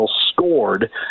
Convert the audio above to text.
scored